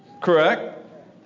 Correct